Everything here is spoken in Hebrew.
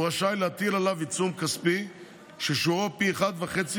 הוא רשאי להטיל עליו עיצום כספי ששוויו פי אחד וחצי